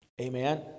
Amen